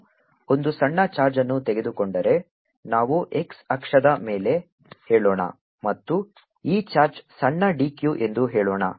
ನಾನು ಒಂದು ಸಣ್ಣ ಚಾರ್ಜ್ ಅನ್ನು ತೆಗೆದುಕೊಂಡರೆ ನಾವು x ಅಕ್ಷದ ಮೇಲೆ ಹೇಳೋಣ ಮತ್ತು ಈ ಚಾರ್ಜ್ ಸಣ್ಣ d q ಎಂದು ಹೇಳೋಣ